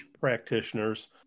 practitioners